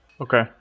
Okay